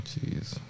Jeez